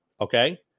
Okay